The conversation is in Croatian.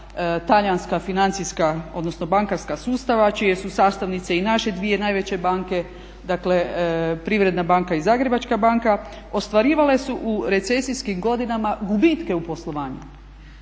talijanska financijska odnosno bankarska sustava čije su sastavnice i naše dvije najveće banke dakle Privredna banka i Zagrebačka banka, ostvarivale su u recesijskim godinama gubitke u poslovanju,